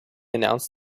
announced